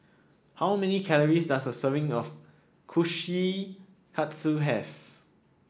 how many calories does a serving of Kushikatsu have